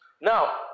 now